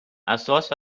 اساس